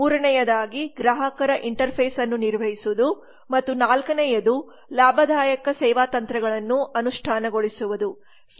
ಮೂರನೆಯದಾಗಿ ಗ್ರಾಹಕರ ಇಂಟರ್ಫೇಸ್ ಅನ್ನು ನಿರ್ವಹಿಸುವುದು ಮತ್ತು 4 ನೇಯದು ಲಾಭದಾಯಕ ಸೇವಾ ತಂತ್ರಗಳನ್ನು ಅನುಷ್ಠಾನಗೊಳಿಸುವುದು